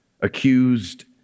accused